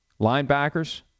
linebackers